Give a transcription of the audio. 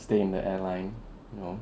to stay in the airline you know